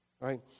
right